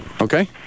okay